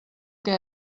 què